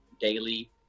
daily